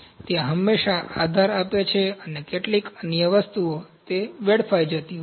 ત્યાં હંમેશા આધાર આપે છે અને કેટલીક અન્ય વસ્તુઓ તે વેડફાઇ જતી હોય છે